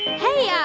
hey, yeah